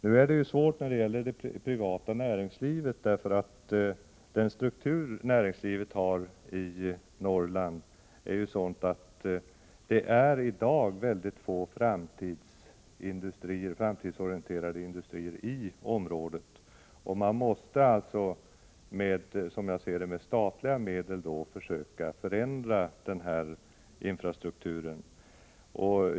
Nu är det svårt när det gäller det privata näringslivet därför att den struktur näringslivet har i Norrland är sådan att det i dag finns väldigt få framtidsorienterade industrier i området. Man måste alltså, som jag ser det, med statliga medel försöka förändra infrastrukturen.